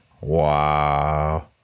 Wow